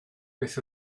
beth